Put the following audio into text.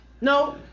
No